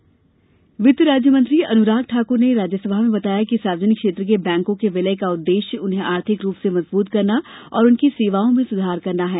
अनुराग Thakur bank वित्त राज्य मंत्री अनुराग ठाक्र ने राज्यसभा में बताया कि सार्वजनिक क्षेत्र के बैंकों के विलय का उद्देश्य उन्हें आर्थिक रूप से मजबूत करना और उनकी सेवाओं में सुधार करना है